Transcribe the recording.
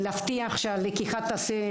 להבטיח שהלקיחה תיעשה,